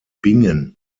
bingen